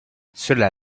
cela